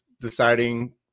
deciding